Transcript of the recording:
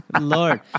Lord